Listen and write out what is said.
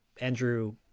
Andrew